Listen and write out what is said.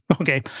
Okay